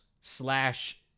slash